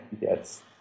yes